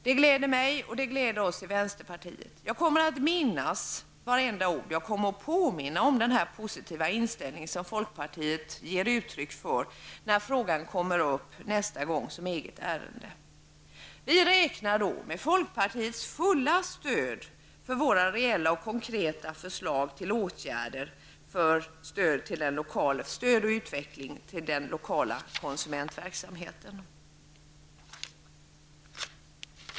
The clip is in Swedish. Det gläder mig och det gläder oss i vänsterpartiet. Jag kommer att minnas vartenda ord och jag kommer att påminna om den positiva inställning som folkpartiet ger uttryck för när frågan nästa gång kommer upp som eget ärende. Vi räknar då med folkpartiets fulla stöd för våra reella och konkreta förslag till åtgärder för stöd och utveckling för den lokala konsumentverksamheten.